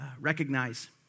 recognize